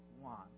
want